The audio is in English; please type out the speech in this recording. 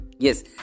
Yes